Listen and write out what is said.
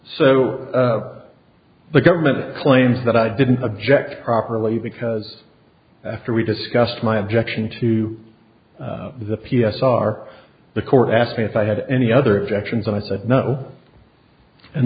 o the government claims that i didn't object properly because after we discussed my objection to the p s r the court asked me if i had any other objections and i said no and